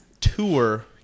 tour